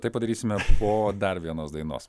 tai padarysime po dar vienos dainos